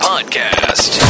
Podcast